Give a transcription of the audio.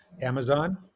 Amazon